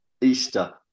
Easter